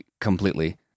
completely